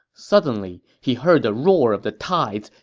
suddenly, he heard the roar of the tides,